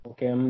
Okay